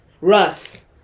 Russ